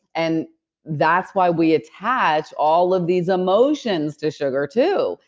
and that's why we attach all of these emotions to sugar too.